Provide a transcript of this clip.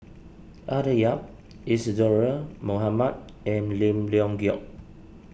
Arthur Yap Isadhora Mohamed and Lim Leong Geok